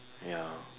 ya